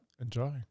enjoy